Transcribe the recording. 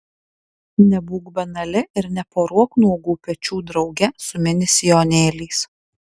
nebūk banali ir neporuok nuogų pečių drauge su mini sijonėliais